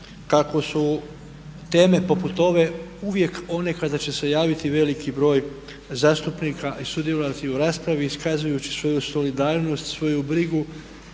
kako su teme poput ove uvijek one kada će se javiti veliki broj zastupnika i sudjelovati u raspravi iskazujući svoju solidarnost, svoju brigu